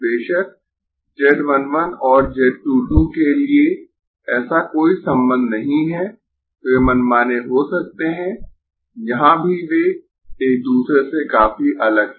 बेशक z 1 1 और z 2 2 के लिए ऐसा कोई संबंध नहीं है वे मनमाने हो सकते है यहां भी वे एक दूसरे से काफी अलग है